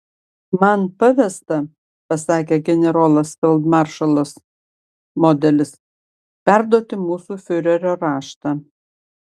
man pavesta pasakė generolas feldmaršalas modelis perduoti mūsų fiurerio raštą